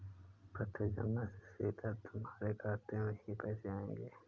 प्रत्यक्ष जमा से सीधा तुम्हारे खाते में ही पैसे आएंगे